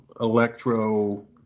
electro